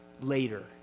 later